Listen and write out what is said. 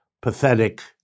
Pathetic